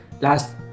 last